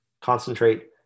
concentrate